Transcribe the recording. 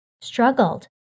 struggled